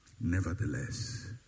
Nevertheless